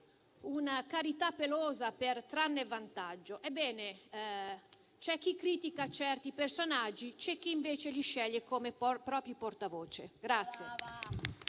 una carità pelosa per trarne vantaggio. C'è chi critica certi personaggi, c'è chi invece li sceglie come propri portavoce.